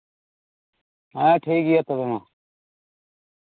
ᱦᱮᱸ ᱴᱷᱤᱠ ᱜᱮᱭᱟ ᱛᱚᱵᱮ ᱢᱟ